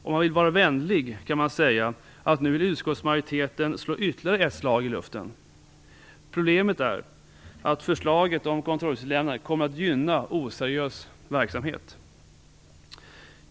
Om man vill vara vänlig kan man säga att utskottsmajoriteten nu vill slå ytterligare ett slag i luften. Problemet är att förslaget om kontrolluppgiftslämnande kommer att gynna oseriös verksamhet.